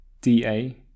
DA –